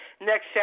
next